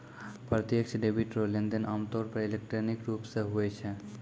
प्रत्यक्ष डेबिट रो लेनदेन आमतौर पर इलेक्ट्रॉनिक रूप से हुवै छै